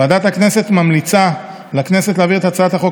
ועדת הכנסת ממליצה לכנסת להעביר את הצעת החוק